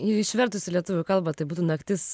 išvertus į lietuvių kalbą tai būtų naktis